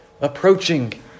approaching